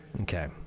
Okay